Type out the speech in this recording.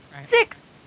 Six